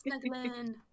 snuggling